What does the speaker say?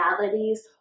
realities